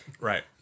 right